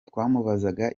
twamubazaga